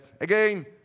Again